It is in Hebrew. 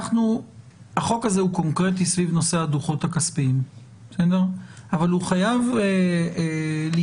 החוק הזה הוא קונקרטי סביב נושא הדוחות הכספיים אבל הוא חייב להיכנס